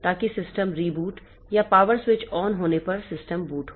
ताकि system reboot या power switch on होने पर सिस्टम बूट हो